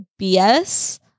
BS